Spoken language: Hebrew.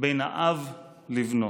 בין האב לבנו: